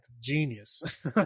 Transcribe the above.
Genius